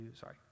sorry